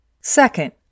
Second